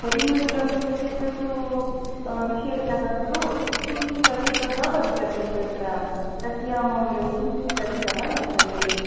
परिमलतण्डुलस्य तत् तु विशेषः खलु किञ्चित् अधिकः वर्तते तत्र तस्य मौल्यं किञ्चित् अधिकः वर्तते